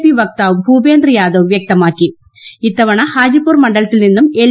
P വക്താവ് ഭൂപേന്ദ്ര യാദവ് വൃക്തമാക്കും ഇത്ത്വണ ഹാജിപ്പൂർ മണ്ഡലത്തിൽ നിന്നും എൽ